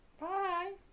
Bye